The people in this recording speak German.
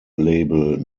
label